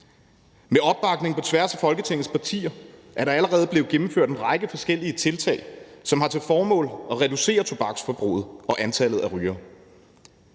Med opbakning på tværs af Folketingets partier er der allerede blevet gennemført en række forskellige tiltag, som har til formål at reducere tobaksforbruget og antallet af rygere.